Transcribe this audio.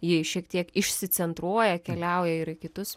ji šiek tiek išsicentruoja keliauja ir į kitus